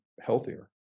healthier